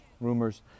rumors